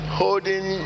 holding